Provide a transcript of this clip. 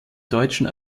deutschen